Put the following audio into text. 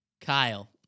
Kyle